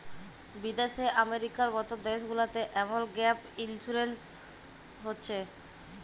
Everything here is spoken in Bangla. বিদ্যাশে আমেরিকার মত দ্যাশ গুলাতে এমল গ্যাপ ইলসুরেলস হছে